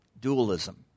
Dualism